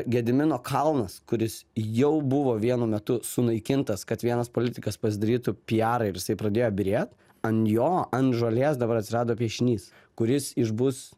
gedimino kalnas kuris jau buvo vienu metu sunaikintas kad vienas politikas pasidarytų pijarą ir jisai pradėjo byrėt an jo ant žolės dabar atsirado piešinys kuris išbus